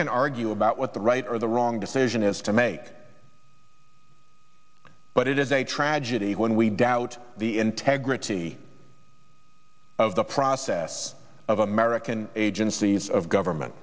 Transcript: can argue about what the right or the wrong decision is to make but it is a tragedy when we doubt the integrity of the process of american agencies of government